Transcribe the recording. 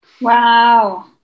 Wow